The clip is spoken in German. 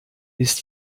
ist